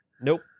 Nope